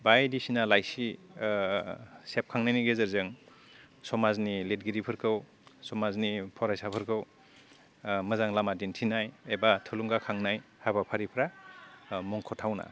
बायदिसिना लाइसि सेबखांनायनि गेजेरजों समाजनि लिरगिरिफोरखौ समाजनि फरायसाफोरखौ मोजां लामा दिन्धनाय एबा थुलुंगाखांनाय हाबाफारिफ्रा मुंखथावना